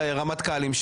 רמטכ"לים,